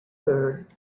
third